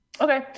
Okay